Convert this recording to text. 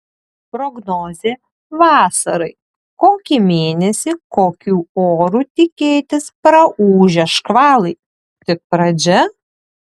prognozė vasarai kokį mėnesį kokių orų tikėtis praūžę škvalai tik pradžia